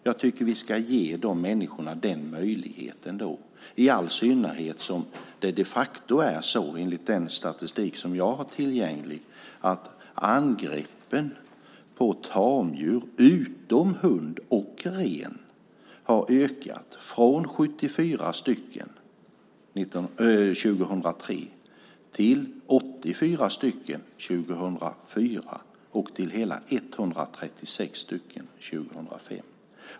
Jag tycker att vi ska ge de människorna den möjligheten, i all synnerhet som det, enligt den statistik som jag har tillgänglig, de facto är så att angreppen på tamdjur, utom hund och ren, har ökat från 74 stycken 2003 till 84 stycken 2004 och till hela 136 stycken 2005.